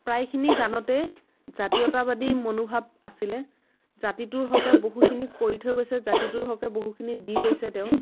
প্ৰায়খিনি গানতে জাতীয়তাবাদী মনোভাৱ আছিলে জাতিটোৰ হকে বহুখিনি কৰি থৈ গৈছে জাতিটোৰ হকে বহুখিনি দি গৈছে তেওঁ